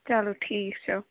چلو ٹھیٖک چھُ